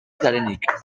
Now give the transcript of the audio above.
zarenik